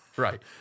right